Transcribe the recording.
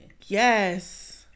yes